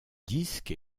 disque